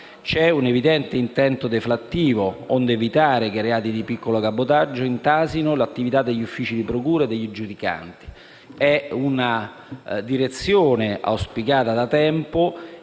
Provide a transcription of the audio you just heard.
C'è un evidente intento deflattivo, onde evitare che i reati di piccolo cabotaggio intasino l'attività degli uffici della procura e dei giudicanti. Si tratta di una direzione auspicata da tempo,